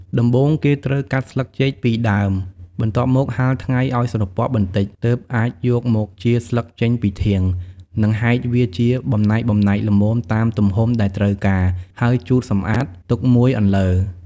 ដំបូង គេត្រូវកាត់ស្លឹកចេកពីដើម បន្ទាប់មកហាលថ្ងៃឱ្យស្រពាប់បន្តិច ទើបអាចយកមកចៀរស្លឹកចេញពីធាង និងហែកវាជាបំណែកៗ ល្មមតាមទំហំដែលត្រូវការ ហើយជូតសម្អាត ទុកមួយអន្លើ។